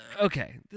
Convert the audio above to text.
okay